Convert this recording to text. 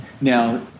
Now